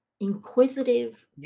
inquisitive